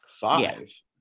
Five